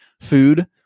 food